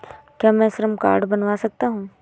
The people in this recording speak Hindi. क्या मैं श्रम कार्ड बनवा सकती हूँ?